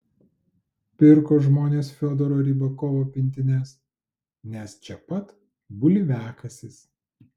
pirko žmonės fiodoro rybakovo pintines nes čia pat bulviakasis